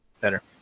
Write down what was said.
Better